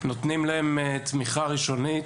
ונותנים להן תמיכה ראשונית.